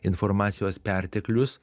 informacijos perteklius